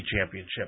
championship